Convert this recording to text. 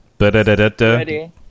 Ready